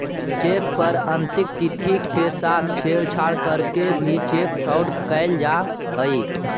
cheque पर अंकित तिथि के साथ छेड़छाड़ करके भी चेक फ्रॉड कैल जा हइ